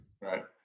Right